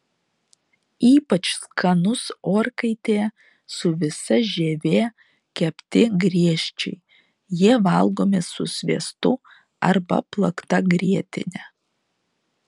ypač skanus orkaitėje su visa žieve kepti griežčiai jie valgomi su sviestu arba plakta grietine